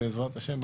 בעזרת השם.